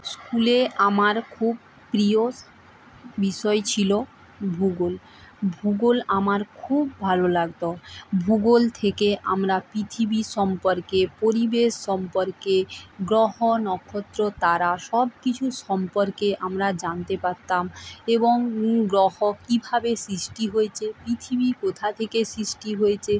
স্কুলে আমার খুব প্রিয় বিষয় ছিলো ভূগোল ভূগোল আমার খুব ভালো লাগতো ভূগোল থেকে আমরা পৃথিবী সম্পর্কে পরিবেশ সম্পর্কে গ্রহ নক্ষত্র তারা সব কিছু সম্পর্কে আমরা জানতে পারতাম এবং গ্রহ কীভাবে সৃষ্টি হয়েছে পৃথিবী কোথা থেকে সৃষ্টি হয়েছে